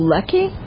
Lucky